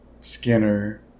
Skinner